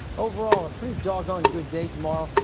overall a pretty dog on good day tomorrow.